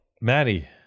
Maddie